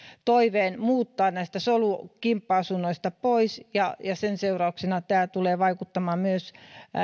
toiveen muuttaa näistä solu kimppa asunnoista pois ja sen seurauksena tämä tulee vaikuttamaan myös